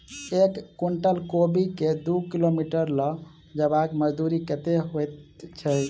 एक कुनटल कोबी केँ दु किलोमीटर लऽ जेबाक मजदूरी कत्ते होइ छै?